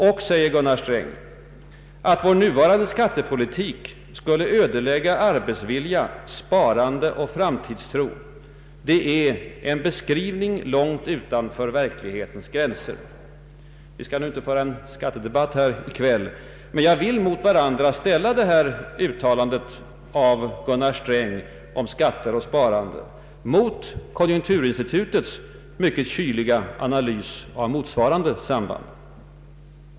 Och — säger han — att vår nuvarande skattepolitik skulle ödelägga arbetsvilja, sparande och framtidstro, det är ”en beskrivning långt utanför verklighetens gränser”. Vi skall inte föra en skattedebatt i dag. Men jag vill mot varandra ställa Gunnar Strängs påstående om skatterna och sparandet samt konjunkturinstitutets kyliga analys därav.